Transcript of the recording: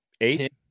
eight